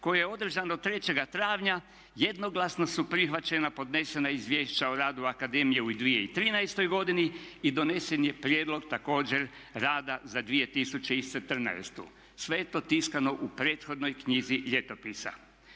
koje je održano 3. travnja jednoglasno su prihvaćena podnesena izvješća o radu akademije u 2013. godini i donesen je prijedlog također rada za 2014. Sve je to tiskano u prethodnoj knjizi ljetopisa.